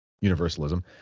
universalism